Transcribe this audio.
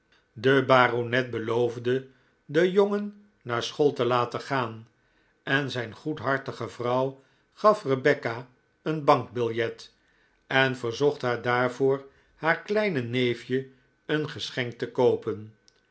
de baronet beloofde den jongen naar school te laten gaan en zijn goedhartige vrouw gaf rebecca een bankbiljet en verzocht haar daarvoor haar kleine neefje een geschenk te koopen